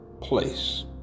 place